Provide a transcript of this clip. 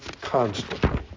constantly